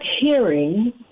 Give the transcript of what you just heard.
hearing